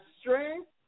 strength